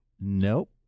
Nope